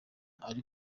ari